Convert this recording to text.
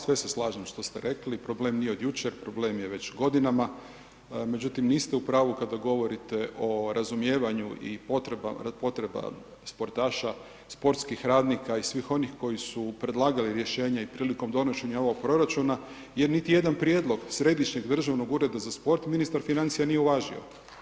Sve se slažem što ste rekli, problem nije od jučer, problem je već godinama, međutim niste u pravu kada govorite o razumijevanju i potreba sportaša, sportskih radnika i svih onih koji su predlagali rješenje prilikom donošenja ovog proračuna jer niti jedan prijedlog Središnjeg državnog ureda za sport ministar financija nije uvažio.